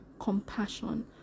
compassion